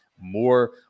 more